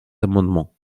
amendement